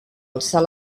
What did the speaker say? alçar